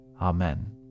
Amen